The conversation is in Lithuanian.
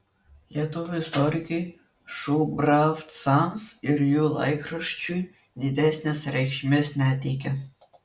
lietuvių istorikai šubravcams ir jų laikraščiui didesnės reikšmės neteikia